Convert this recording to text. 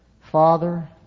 Father